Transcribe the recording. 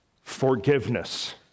forgiveness